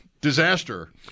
disaster